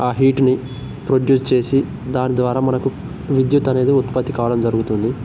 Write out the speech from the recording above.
హీటుని produce చేసి దాని ద్వారా మనకు విద్యుత్తనేది ఉత్పత్తి కావడం జరుగుతుంది